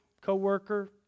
coworker